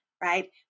right